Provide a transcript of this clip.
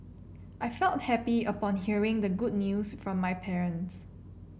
I felt happy upon hearing the good news from my parents